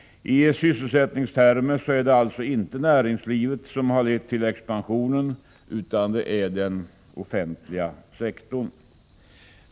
I sysselsättningstermer är det alltså inte näringslivet som har lett till expansionen, utan det är den offentliga sektorn.